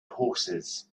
horses